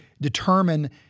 determine